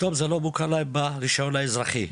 פתאום זה לא מוכר להם ברישיון האזרחי.